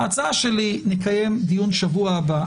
ההצעה שלי היא לקיים דיון בשבוע הבא.